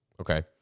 Okay